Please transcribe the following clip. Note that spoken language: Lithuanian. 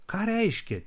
ką reiškia